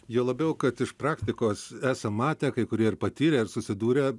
juo labiau kad iš praktikos esam matę kai kurie ir patyrę ir susidūrę